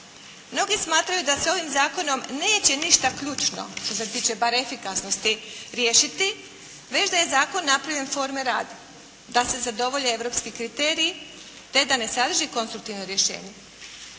Mnogi smatraju da se ovim zakonom neće ništa ključno što se tiče bar efikasnosti riješiti, već da je zakon napravljen forme radi, da se zadovolje europski kriteriji te da ne sadrži konstruktivno rješenje.